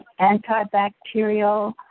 Antibacterial